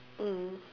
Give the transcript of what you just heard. mm